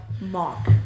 mock